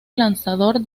lanzador